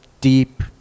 deep